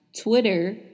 Twitter